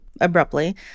abruptly